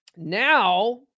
Now